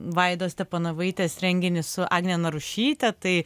vaidos stepanovaitės renginį su agne narušyte tai